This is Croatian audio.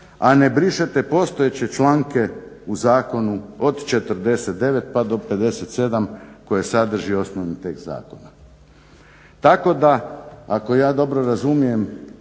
a ne brišete postojeće članke u zakonu od 49. pa do 57. koje sadrži osnovni tekst zakona. Tako da ako ja dobro razumijem